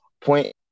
point